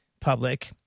public